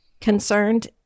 concerned